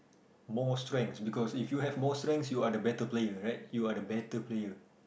more strengths because if you have more strengths you are the better player right you are the better player